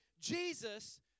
Jesus